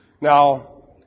Now